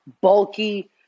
bulky